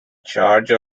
charge